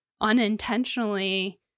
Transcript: unintentionally